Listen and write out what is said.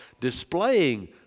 displaying